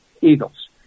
Eagles